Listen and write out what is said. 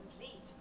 complete